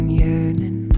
yearning